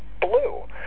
blue